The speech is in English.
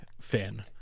fin